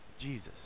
Jesus